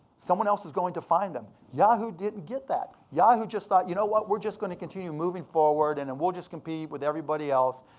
someone else is going to find them. yahoo! didn't get that. yahoo! just thought, ya you know what? we're just gonna continue moving forward and and we'll just compete with everybody else.